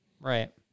Right